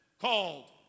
called